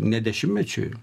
ne dešimtmečiui